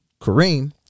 Kareem